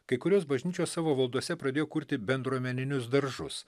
kai kurios bažnyčios savo valdose pradėjo kurti bendruomeninius daržus